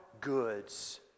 goods